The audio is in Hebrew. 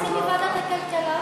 מציע לוועדת הכלכלה.